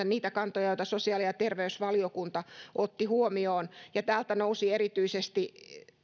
niitä kantoja joita sosiaali ja terveysvaliokunta otti huomioon erityisesti nousi